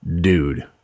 dude